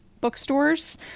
bookstores